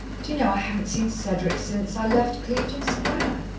do you know, i haven't seen cedric since i left clevedon square.